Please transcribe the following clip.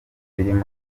birimo